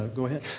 ah go ahead.